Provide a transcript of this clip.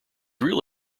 real